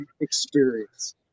experience